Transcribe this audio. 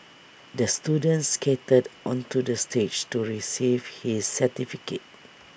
the student skated onto the stage to receive his certificate